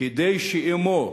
כדי שאמו